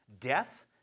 death